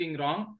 wrong